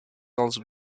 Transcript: also